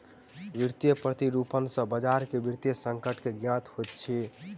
वित्तीय प्रतिरूपण सॅ बजार के वित्तीय संकट के ज्ञात होइत अछि